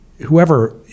whoever